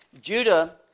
Judah